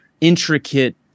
intricate